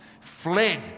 fled